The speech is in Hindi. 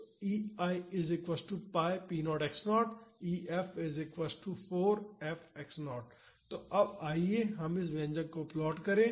तो आइए अब हम इस व्यंजक को प्लॉट करें